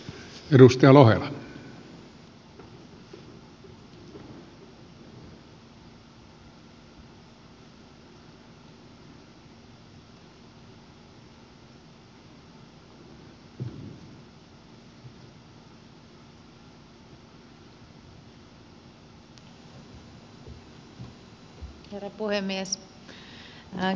herra puhemies